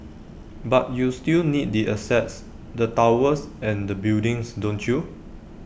but you still need the assets the towers and the buildings don't you